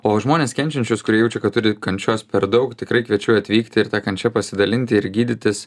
o žmonės kenčiančius kurie jaučia kad turi kančios per daug tikrai kviečiu atvykti ir ta kančia pasidalinti ir gydytis